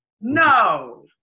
No